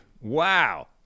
Wow